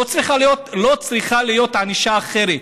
לא צריכה להיות ענישה אחרת.